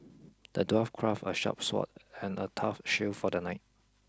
the dwarf crafted a sharp sword and a tough shield for the knight